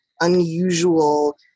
unusual